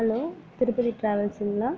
hello Tirupati டிராவல்ஸ்ங்களா